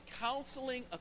counseling